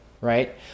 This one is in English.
right